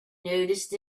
noticed